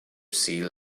sea